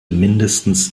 mindestens